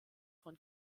von